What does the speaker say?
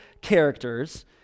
characters